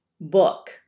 book